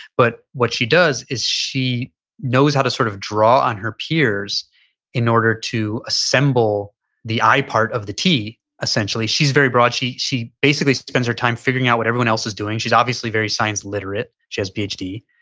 but what she does is she knows how to sort of draw on her peers in order to assemble the i part of the t essentially. she's very broad. she she basically spends their time figuring out what everyone else is doing. she's obviously very science literate. she has a phd,